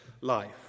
life